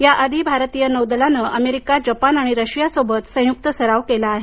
याआधी भारतीय नौदलानं अमेरिका जपान आणि रशियासोबत संयुक्त सराव केला आहे